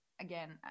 again